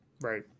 Right